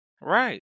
Right